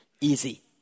easy